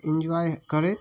enjoy करैत